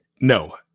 No